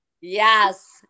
Yes